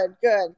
good